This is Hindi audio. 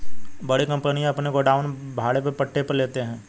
बड़ी कंपनियां अपने गोडाउन भाड़े पट्टे पर लेते हैं